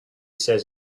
says